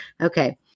Okay